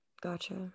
gotcha